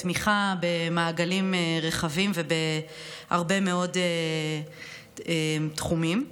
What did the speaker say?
בתמיכה במעגלים רחבים ובהרבה מאוד תחומים.